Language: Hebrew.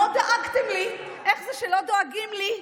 מאוד דאגתם לי איך זה שלא דואגים לי,